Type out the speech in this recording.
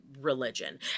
religion